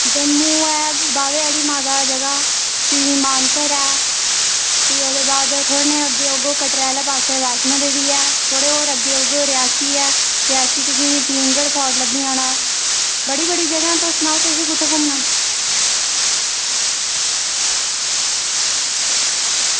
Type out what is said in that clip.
जम्मू ऐ बाह्वे आह्ली माता ऐ जगह मानसर ऐ फ्ही ओह्दे बाद थोह्ड़ा निहां अग्गें औगे कटरा ऐ माता वैष्णो देवी ऐ थोह्ड़ा होर अग्गें जेहा औगे ते रियासी ऐ रियासी तुसेंगी भीम गढ़ फोर्ट लब्भी जाना बड़ी बड़ी जगह न तुस सनाओ तुसें कुत्थें घुम्मना